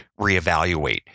reevaluate